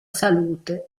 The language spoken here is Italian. salute